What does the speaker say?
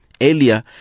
Earlier